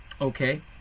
Okay